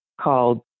called